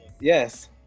Yes